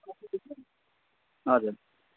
हजुर